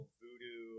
voodoo